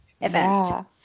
event